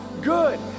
good